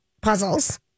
puzzles